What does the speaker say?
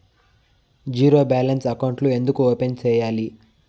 zero balance అకౌంట్లు ఎందుకు open సేయాలి